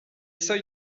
soy